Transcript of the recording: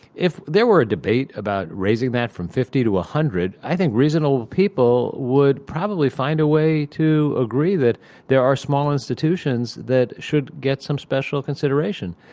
if there were a debate about raising that from fifty to one ah hundred, i think reasonable people would probably find a way to agree that there are small institutions that should get some special consideration.